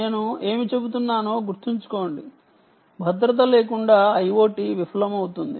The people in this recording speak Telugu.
నేను ఏమి చెబుతున్నానో గుర్తుంచుకోండి భద్రత లేకుండా IoT విఫలమవుతుంది